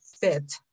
fit